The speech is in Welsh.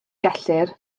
gellir